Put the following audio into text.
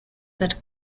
that